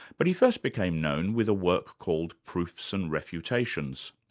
but he first became known with a work called proofs and refutations,